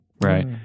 right